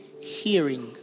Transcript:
hearing